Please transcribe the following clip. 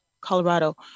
Colorado